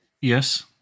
Yes